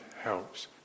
helps